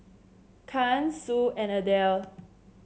Caryn Sue and Adell